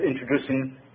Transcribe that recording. introducing